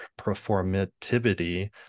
performativity